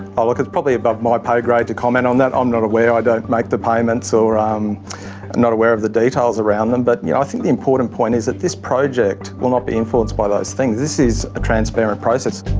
ah like is probably above my pay grade to comment on that. i'm not aware, i don't make the payments or um not aware of the details around them, but you know i think the important point is that this project will not be influenced by those things, this is a transparent process.